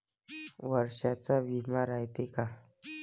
वर्षाचा बिमा रायते का?